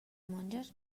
monges